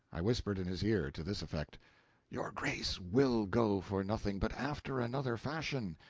i whispered in his ear, to this effect your grace will go for nothing, but after another fashion.